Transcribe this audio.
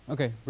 Okay